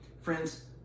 friends